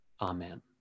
Amen